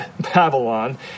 Babylon